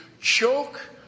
choke